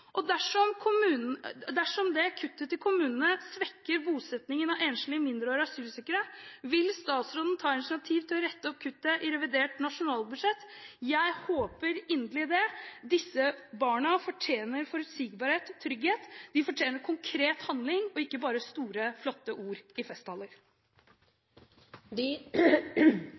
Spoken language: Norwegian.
Dersom kuttet til kommunene svekker bosetningen av enslige mindreårige asylsøkere, vil statsråden ta initiativ til å rette opp kuttet i revidert nasjonalbudsjett? Jeg håper inderlig det. Disse barna fortjener forutsigbarhet og trygghet. De fortjener konkret handling – ikke bare store, flotte ord i festtaler. De